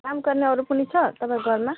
काम गर्ने अरू पनि छ तपाईँको घरमा